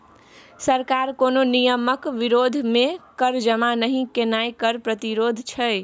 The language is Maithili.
सरकार कोनो नियमक विरोध मे कर जमा नहि केनाय कर प्रतिरोध छै